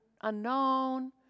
unknown